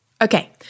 Okay